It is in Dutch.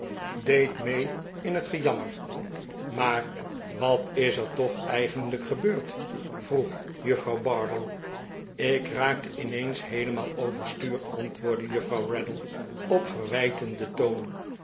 deed mee in het ge jammer maar wat is er toch eigenlijk gebeurd vroeg juffrouw bardell ik raakte ineens heelemaal overstuur antwoordde juffrouw raddle op verwijtenden toon